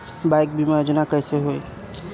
Bike बीमा योजना कैसे होई?